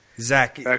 Zach